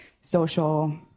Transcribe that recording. social